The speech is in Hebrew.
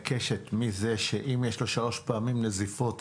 לו 3 פעמים נזיפות,